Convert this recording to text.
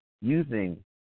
using